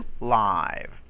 live